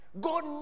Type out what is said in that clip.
God